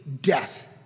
death